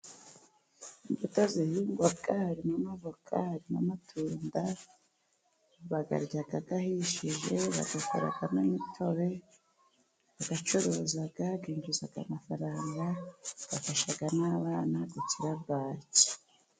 Imbuto zihingwa harimo avoka, harimo amatunda. Bayarya ahishije, bayakoramo n'imitobe. Abayacuruza binjiza amafaranga. Bifasha n'abana gukira bwaki.